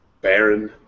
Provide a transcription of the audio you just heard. Baron